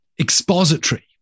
expository